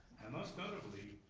and most notably,